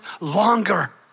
longer